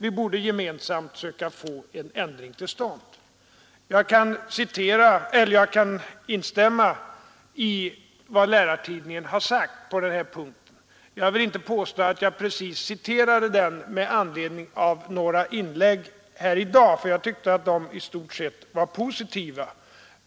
Vi borde gemensamt söka få en ändring till stånd.” Jag kan instämma i vad Lärartidningen sagt på den här punkten. Jag vill inte påstå att jag citerat tidningen med anledningen av några av inläggen i dag — jag tyckte att dessa var i stort sett positiva.